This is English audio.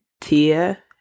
Tia